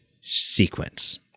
sequence